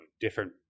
different